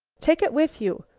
take it with you.